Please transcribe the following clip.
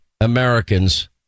Americans